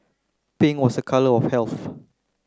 pink was a colour of health